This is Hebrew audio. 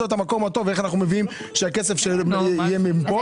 את המקום הטוב איך אנו מביאים שהכסף יהיה מפה.